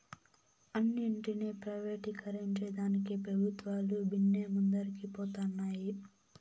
అన్నింటినీ ప్రైవేటీకరించేదానికి పెబుత్వాలు బిన్నే ముందరికి పోతన్నాయి